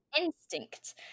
Instinct